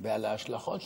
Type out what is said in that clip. ועל ההשלכות שלהם,